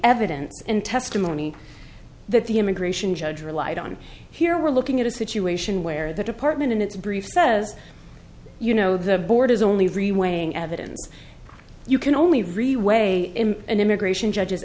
evidence and testimony that the immigration judge relied on here we're looking at a situation where the department in its brief says you know the board is only very weighing evidence you can only really weigh an immigration judge